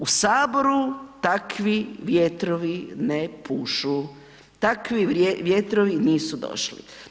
U saboru takvi vjetrovi ne pušu, takvi vjetrovi nisu došli.